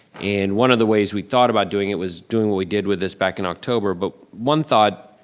and one of the ways we thought about doing it was doing what we did with this back in october, but one thought,